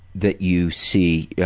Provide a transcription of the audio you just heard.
that you see. yeah